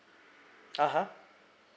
(uh huh)